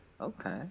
Okay